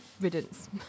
riddance